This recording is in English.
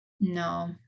no